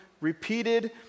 repeated